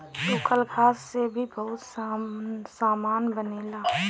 सूखल घास से भी बहुते सामान बनेला